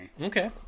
Okay